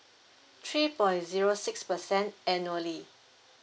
three point zero six percent annually